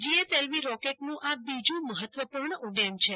GSLV રોકેટનું આ બીજુ મહત્વપુર્ણ ઉડ્ડયન છે